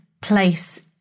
place